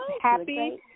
happy